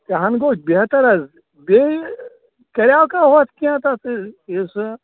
تہِ ہَن گوٚو بہتر حظ بیٚیہِ کریاکھا ہُتھ کیٚنٛہہ تَتھ یُس